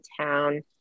town